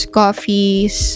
coffees